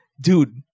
Dude